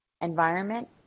environment